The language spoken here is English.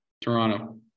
Toronto